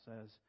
says